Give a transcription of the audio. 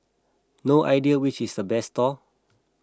no idea which is the best stall